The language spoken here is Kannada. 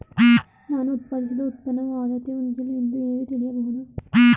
ನಾನು ಉತ್ಪಾದಿಸಿದ ಉತ್ಪನ್ನವು ಆದ್ರತೆ ಹೊಂದಿಲ್ಲ ಎಂದು ಹೇಗೆ ತಿಳಿಯಬಹುದು?